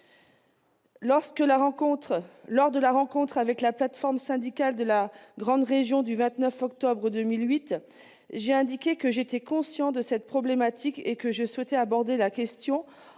Lors de la rencontre avec la plate-forme syndicale de la grande région, le 29 octobre 2008, j'ai indiqué que j'étais conscient de cette problématique et que je souhaitais aborder la question